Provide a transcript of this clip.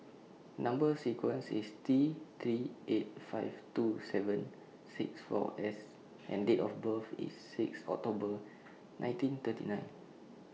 Number sequence IS T three eight five two seven six four S and Date of birth IS six October nineteen thirty nine